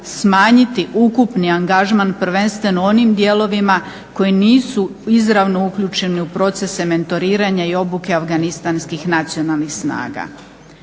smanjiti ukupni angažman prvenstveno u onim dijelovima koji nisu izravno uključeni u procese mentoriranja i obuke afganistanskih nacionalnih snaga.